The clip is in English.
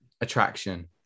attraction